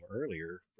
earlier